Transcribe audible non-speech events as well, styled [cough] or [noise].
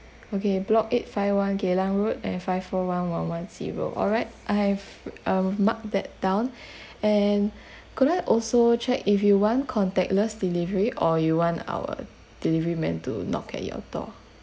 okay block eight five one geylang road and five four one one one zero all right I have um marked that down [breath] and [breath] could I also check if you want contactless delivery or you want our delivery man to knock at your door